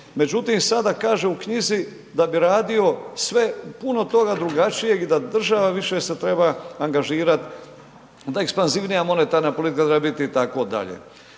međutim sada kaže u knjizi da bi radio sve u puno toga drugačijeg i da država više se treba angažirat, da ekspanzivnija monetarna politika treba biti itd.